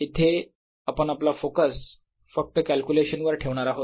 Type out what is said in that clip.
इथे आपण आपला फोकस फक्त कॅल्क्युलेशन वर ठेवणार आहोत